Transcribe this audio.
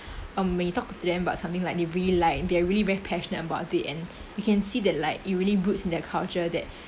um when you talk to them but something like they really like they are really very passionate about it and you can see that like it really roots in their culture that